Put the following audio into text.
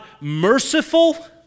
merciful